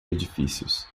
edifícios